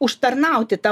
užtarnauti tą